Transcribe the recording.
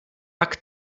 pak